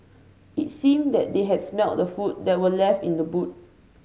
it seemed that they had smelt the food that were left in the boot